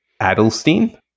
Adelstein